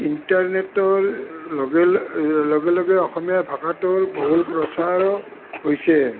ইণ্টাৰনেটৰ লগে লগে অসমীয়া ভাষাটোৰ বহুল প্ৰচাৰ হৈছে